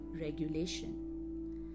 regulation